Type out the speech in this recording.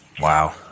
Wow